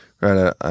Right